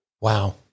Wow